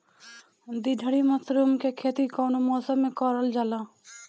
ढीघरी मशरूम के खेती कवने मौसम में करल जा?